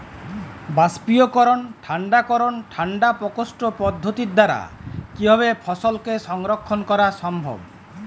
বাষ্পীকরন ঠান্ডা করণ ঠান্ডা প্রকোষ্ঠ পদ্ধতির দ্বারা কিভাবে ফসলকে সংরক্ষণ করা সম্ভব?